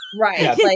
right